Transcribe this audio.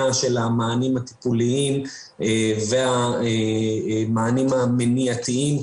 של המענים הטיפוליים והמענים המניעתיים,